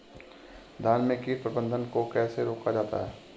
धान में कीट प्रबंधन को कैसे रोका जाता है?